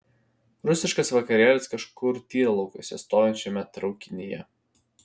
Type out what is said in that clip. rusiškas vakarėlis kažkur tyrlaukiuose stovinčiame traukinyje